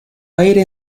aire